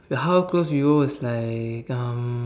how close we were like um